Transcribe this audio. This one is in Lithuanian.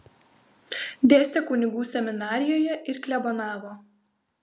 dėstė kunigų seminarijoje ir klebonavo